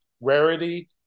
rarity